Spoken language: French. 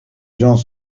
gens